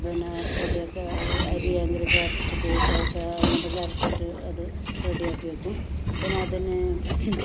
പിന്നെ റെഡി ഒക്കെ അരിയാണെങ്കിൽ ഇപ്പം അരച്ചിട്ട് ദോശ ഉഴുന്നിട്ട് അരച്ചിട്ട് അത് റെഡി ആക്കി വയ്ക്കും പിന്നെ അതിന്